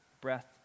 breath